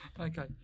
Okay